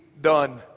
done